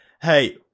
hey